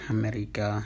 America